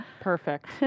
perfect